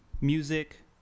music